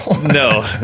No